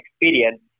experience